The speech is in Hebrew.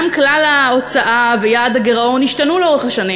גם כלל ההוצאה ויעד הגירעון השתנו לאורך השנים,